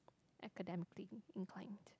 academically inclined